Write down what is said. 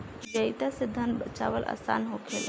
मितव्ययिता से धन बाचावल आसान होखेला